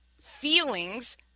feelings